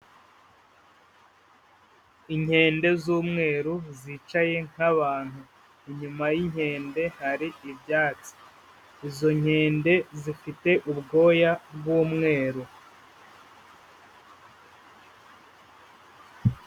Inkende z'umweru zicaye nk'abantu, inyuma y'inkende hari ibyatsi, izo nkende zifite ubwoya bw'umweru.